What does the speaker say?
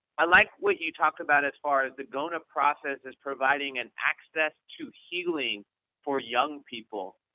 i liked what you talked about as far as the gona process, as providing an access to healing for young people.